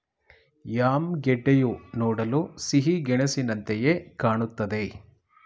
yam ಗೆಡ್ಡೆಯು ನೋಡಲು ಸಿಹಿಗೆಣಸಿನಂತೆಯೆ ಕಾಣುತ್ತದೆ